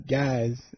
guys